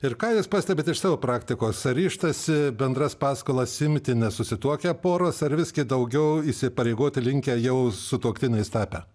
ir ką jūs pastebit iš savo praktikos ar ryžtasi bendras paskolas imti nesusituokę poros ar visgi daugiau įsipareigoti linkę jau sutuoktiniais tapę